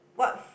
what